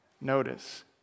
notice